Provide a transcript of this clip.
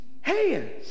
hands